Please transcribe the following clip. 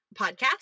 podcast